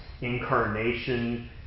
incarnation